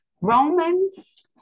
Romans